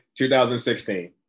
2016